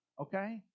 Okay